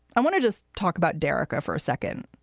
i want to just talk about derica for a second.